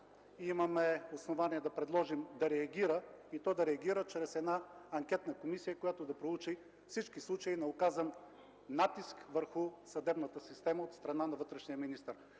имаме основание да предложим българският парламент да реагира и то да реагира чрез една анкетна комисия, която да проучи всички случаи на оказан натиск върху съдебната система от страна на вътрешния министър.